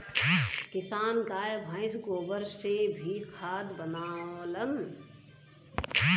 किसान गाय भइस के गोबर से भी खाद बनावलन